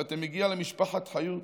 ואתה מגיע למשפחת חיות,